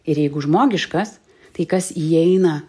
ir jeigu žmogiškas tai kas įeina